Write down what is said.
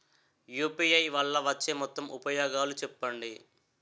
UPI వల్ల వచ్చే మొత్తం ఉపయోగాలు చెప్పండి?